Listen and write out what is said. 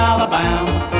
Alabama